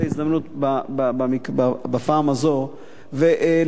את ההזדמנות בפעם הזו להזכיר,